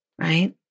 right